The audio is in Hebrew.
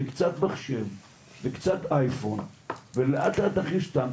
קצת מחשב וקצת אייפון ולאט לאט נכניס אותם,